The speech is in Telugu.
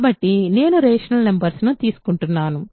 కాబట్టి నేను రేషనల్ నంబర్స్ ను తీసుకుంటున్నాను